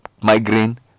migraine